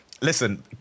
Listen